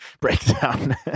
breakdown